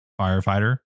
firefighter